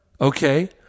Okay